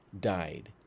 died